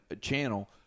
channel